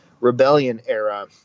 Rebellion-era